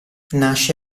nasce